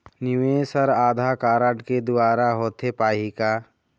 निवेश हर आधार कारड के द्वारा होथे पाही का?